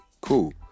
Cool